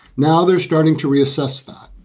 now they're starting to reassess that.